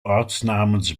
ortsnamens